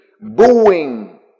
booing